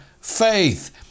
faith